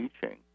teaching